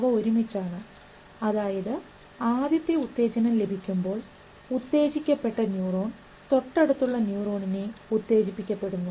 അവ ഒരുമിച്ചാണ് അതായത് ആദ്യത്തെ ഉത്തേജനം ലഭിക്കുമ്പോൾ ഉത്തേജിപ്പിക്കപെട്ട ന്യൂറോൺ തൊട്ടടുത്തുള്ള ന്യൂറോണിനെ ഉത്തേജിപ്പിക്കപെടുന്നു